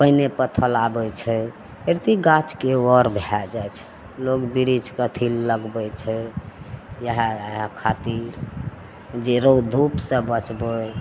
पानिए पाथर आबै छै एकरत्ती गाछके अढ़ भै जाइ छै लोक बिरिछके अथी लगबै छै इएह इएह खातिर जे रौद धूपसे बचबै